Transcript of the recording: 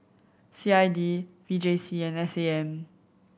C I D V J C and S A M